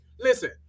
listen